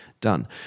done